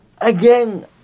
again